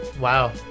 wow